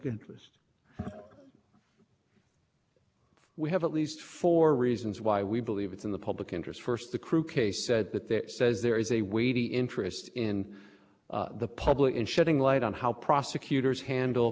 interest we have at least four reasons why we believe it's in the public interest first the crew case said that that says there is a weighty interest in the public and shedding light on how prosecutors handle